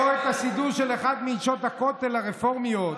או את הסידור של אחת מנשות הכותל הרפורמיות.